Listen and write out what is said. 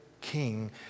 king